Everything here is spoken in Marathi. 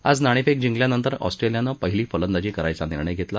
आज नाणेफेक जिंकल्यानंतर ऑस्ट्रेलियानं पहिली फलंदाजी करायचा निर्णय घेतला